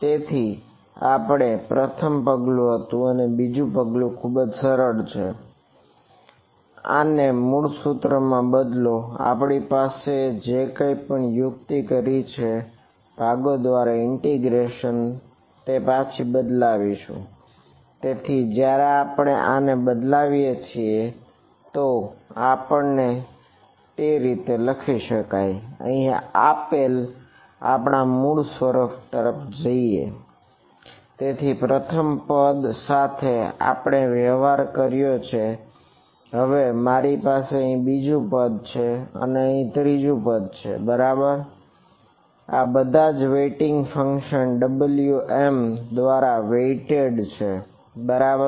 તેથી આ પ્રથમ પગલું હતું અને બીજું પગલું ખુબજ સરળ છે આ ને મૂળ સૂત્રમાં બદલો આપણે જે કઈ પણ યુક્તિ કરી છે ભાગો દ્વારા ઇન્ટિગ્રેશન Wm દ્વારા વેઈટેડ છે બરાબર